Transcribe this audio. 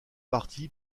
parti